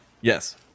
Yes